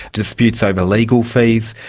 disputes over legal fees.